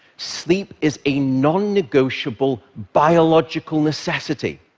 sleep is a nonnegotiable biological necessity.